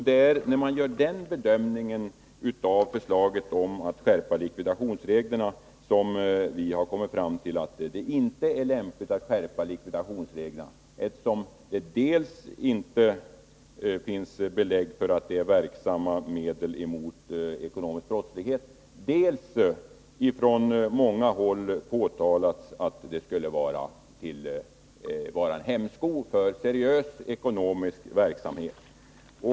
Det är vid en sådan bedömning av förslaget om att skärpa likvidationsreglerna som vi har kommit fram till att det inte är lämpligt med en sådan skärpning. Dels finns det inte belägg för att det är ett verksamt medel mot ekonomisk brottslighet, dels har det från många håll påtalats att det skulle vara en hämsko för seriös ekonomisk verksamhet.